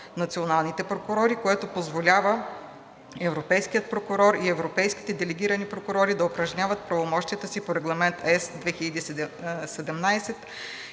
националните прокурори, което позволява европейският прокурор и европейските делегирани прокурори да упражняват правомощията си по Регламент (ЕС)